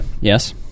Yes